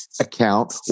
account